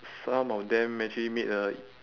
some of them actually made a